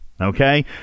Okay